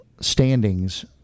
standings